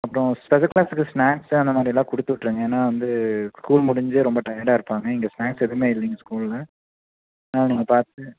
அப்புறோம் ஸ்பெஷல் கிளாஸுக்கு ஸ்நேக்ஸு அந்த மாதிரிலாம் கொடுத்துவுட்ருங்க ஏன்னா வந்து ஸ்கூல் முடிஞ்சு ரொம்ப டயடாக இருப்பாங்க இங்கே ஸ்நேக்ஸ் எதுவுமே இல்லைங்க ஸ்கூலில் அதனால் நீங்கள் பார்த்து